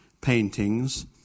paintings